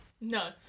No